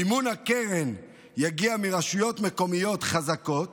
מימון הקרן יגיע מרשויות מקומיות חזקות